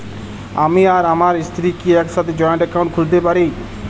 আমি আর আমার স্ত্রী কি একসাথে জয়েন্ট অ্যাকাউন্ট খুলতে পারি?